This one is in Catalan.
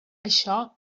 això